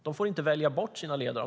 De får inte välja bort sina ledare.